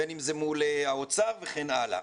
בין אם זה מול האוצר וכן הלאה.